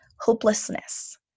Hopelessness